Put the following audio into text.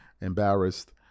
embarrassed